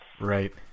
Right